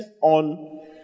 on